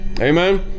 Amen